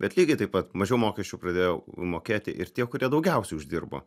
bet lygiai taip pat mažiau mokesčių pradėjo mokėti ir tie kurie daugiausiai uždirbo